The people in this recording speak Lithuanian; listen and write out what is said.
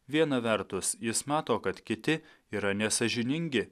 viena vertus jis mato kad kiti yra nesąžiningi